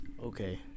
Okay